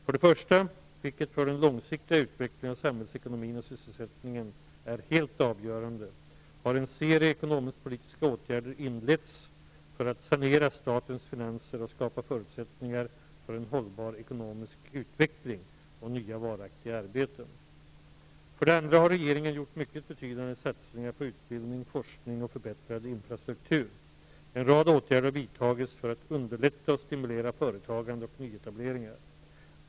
För det första -- vilket för den långsiktiga utvecklingen av samhällsekonomin och sysselsättningen är helt avgörande -- har en serie ekonomiskpolitiska åtgärder inletts för att sanera statens finanser och skapa förutsättningar för en hållbar ekonomisk utveckling och nya varaktiga arbeten. För det andra har regeringen gjort mycket betydande satsningar på utbildning, forskning och förbättrad infrastruktur. En rad åtgärder har vidtagits för att underlätta och stimulera företagande och nyetableringar.